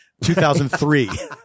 2003